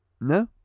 No